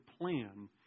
plan